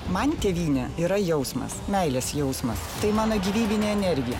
man tėvynė yra jausmas meilės jausmas tai mano gyvybinė energija